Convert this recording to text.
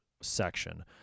section